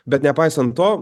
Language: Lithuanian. bet nepaisant to